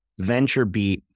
VentureBeat